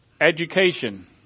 Education